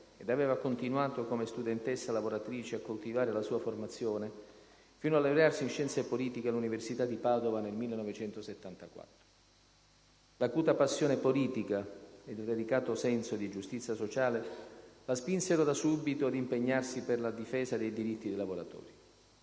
ed aveva continuato come studentessa lavoratrice a coltivare la sua formazione fino a laurearsi in scienze politiche all'università di Padova nel 1974. L'acuta passione politica e lo spiccato senso di giustizia sociale la spinsero da subito ad impegnarsi per la difesa dei diritti dei lavoratori.